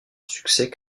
succès